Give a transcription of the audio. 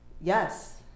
yes